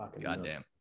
goddamn